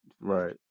Right